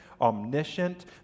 omniscient